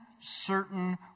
certain